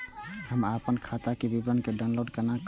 हम अपन खाता के विवरण के डाउनलोड केना करब?